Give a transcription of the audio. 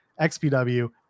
xpw